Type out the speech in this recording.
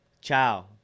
ciao